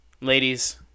Ladies